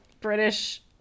British